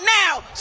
now